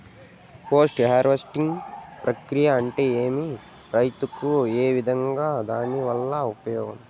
Post harvesting ప్రక్రియ అంటే ఏమి? రైతుకు ఏ విధంగా దాని వల్ల ఉపయోగం?